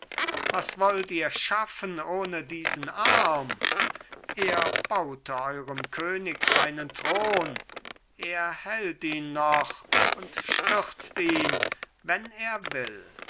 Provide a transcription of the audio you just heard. was wollt ihr schaffen ohne diesen arm er baute eurem könig seinen thron er hält ihn noch und stürzt ihn wenn er will